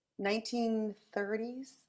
1930s